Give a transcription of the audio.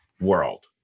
world